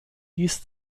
dies